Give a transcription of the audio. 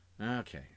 Okay